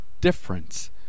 difference